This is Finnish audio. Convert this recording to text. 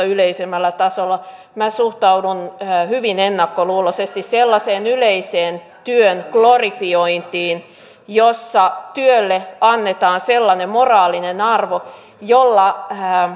yleisemmällä tasolla minä suhtaudun hyvin ennakkoluuloisesti sellaiseen yleiseen työn glorifiointiin jossa työlle annetaan sellainen moraalinen arvo jolla